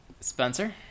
spencer